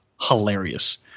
hilarious